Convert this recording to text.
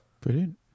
Brilliant